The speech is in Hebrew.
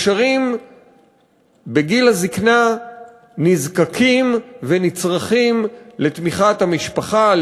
נשארים בגיל הזיקנה נזקקים ונצרכים לתמיכת המשפחה,